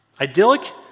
Idyllic